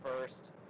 first